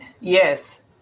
yes